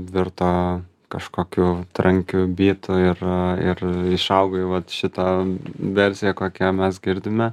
virto kažkokiu trankiu bytu ir ir išaugo į vat šitą versiją kokią mes girdime